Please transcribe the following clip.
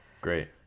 great